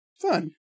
fun